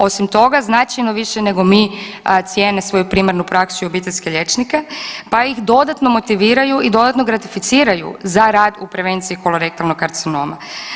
Osim toga značajno više nego mi cijene svoju primarnu praksu i obiteljske liječnike pa ih dodatno motiviraju i dodatno gratificiraju za rad u prevenciji kolorektalnog karcinoma.